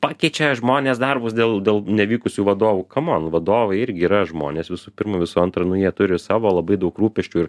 pakeičia žmonės darbus dėl dėl nevykusių vadovų kamon vadovai irgi yra žmonės visų pirma visų antra nu jie turi savo labai daug rūpesčių ir